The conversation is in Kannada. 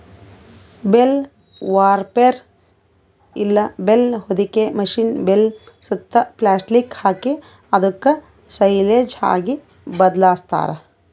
ಬೇಲ್ ವ್ರಾಪ್ಪೆರ್ ಇಲ್ಲ ಬೇಲ್ ಹೊದಿಕೆ ಮಷೀನ್ ಬೇಲ್ ಸುತ್ತಾ ಪ್ಲಾಸ್ಟಿಕ್ ಹಾಕಿ ಅದುಕ್ ಸೈಲೇಜ್ ಆಗಿ ಬದ್ಲಾಸ್ತಾರ್